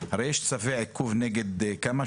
הרי יש צווי עיכוב נגד כמה?